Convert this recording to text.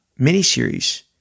miniseries